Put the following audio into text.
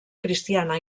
cristiana